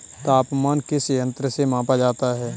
तापमान किस यंत्र से मापा जाता है?